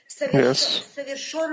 Yes